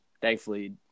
Thankfully